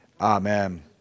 Amen